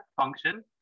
function